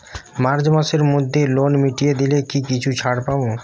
March মাসের মধ্যে loan মিটিয়ে দিলে কি কিছু ছাড় পাব?